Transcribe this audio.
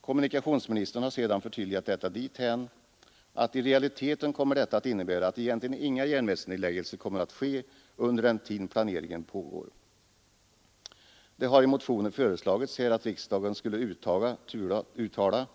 Kommunikationsministern har sedan förtydligat detta dithän, att det i realiteten kommer att innebära att egentligen inga järnvägsnedläggelser kommer att ske under den tid planeringen pågår. Det har i motioner föreslagits att riksdagen skulle uttala